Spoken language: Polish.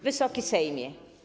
Wysoki Sejmie!